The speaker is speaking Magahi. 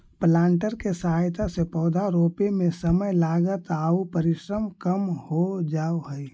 प्लांटर के सहायता से पौधा रोपे में समय, लागत आउ परिश्रम कम हो जावऽ हई